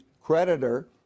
creditor